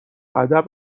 ادب